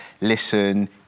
listen